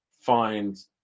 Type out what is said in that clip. find